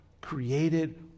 created